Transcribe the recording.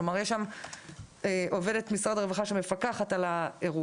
כלומר, יש שם עובדת משרד הרווחה שמפקחת על זה.